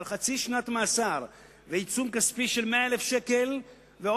של חצי שנת מאסר ועיצום כספי של 100,000 ש"ח ועוד